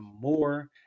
more